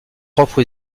propre